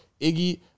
Iggy